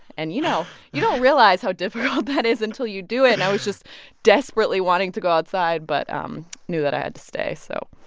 and, you know, you don't realize how difficult that is until you do it. and i was just desperately wanting to go outside, but um knew that i had to stay, so.